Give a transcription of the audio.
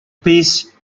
peace